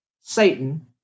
Satan